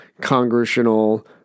congressional